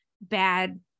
bad